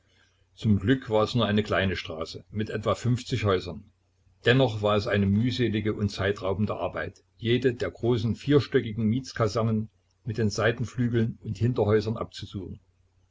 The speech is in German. zum glück war es nur eine kleine straße mit etwa häusern dennoch war es eine mühselige und zeitraubende arbeit jede der großen vierstöckigen mietskasernen mit den seitenflügeln und hinterhäusern abzusuchen